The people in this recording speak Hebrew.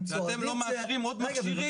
הם צועדים --- ואתם לא מאשרים עוד מכשירים